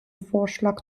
vorschlag